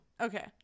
Okay